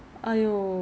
orh cleansing water ah